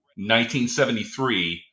1973